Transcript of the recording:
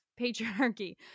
patriarchy